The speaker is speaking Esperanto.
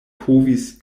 povis